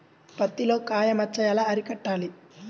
పత్తిలో కాయ మచ్చ ఎలా అరికట్టాలి?